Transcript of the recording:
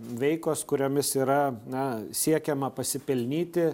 veikos kuriomis yra na siekiama pasipelnyti